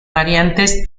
variantes